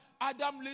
Adam